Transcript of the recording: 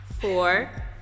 four